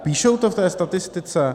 Píšou to v té statistice!